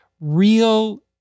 real